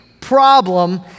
problem